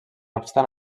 obstant